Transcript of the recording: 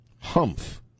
Humph